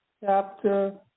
Chapter